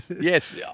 yes